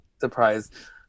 surprise